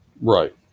Right